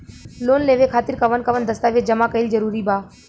Loan लेवे खातिर कवन कवन दस्तावेज जमा कइल जरूरी बा?